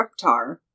Reptar